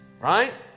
Right